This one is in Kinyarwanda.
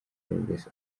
rogers